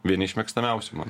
vieni iš mėgstamiausių man